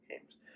games